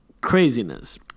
craziness